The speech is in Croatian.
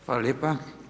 Hvala lijepa.